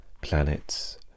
planets